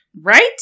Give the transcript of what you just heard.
Right